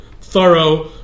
thorough